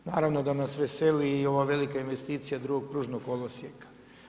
Naravno da nas veseli i ova velika investicija drugog pružnog kolosijeka.